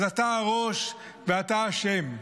אז אתה הראש ואתה אשם.